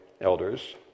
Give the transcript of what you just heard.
elders